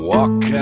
Walk